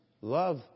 love